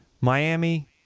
Miami